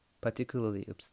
particularly